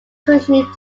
continued